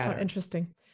Interesting